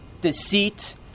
deceit